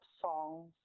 songs